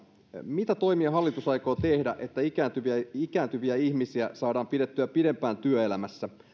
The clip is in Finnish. mitä toimia hallitus aikoo tehdä että ikääntyviä ikääntyviä ihmisiä saadaan pidettyä pidempään työelämässä